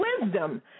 wisdom